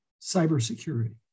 cybersecurity